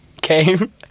came